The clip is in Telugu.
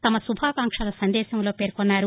తమ శుభాకాంక్షల సందేశంలో పేర్కొన్నారు